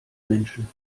menschen